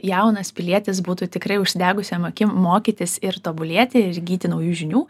jaunas pilietis būtų tikrai užsidegusiom akim mokytis ir tobulėti ir įgyti naujų žinių